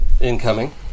Incoming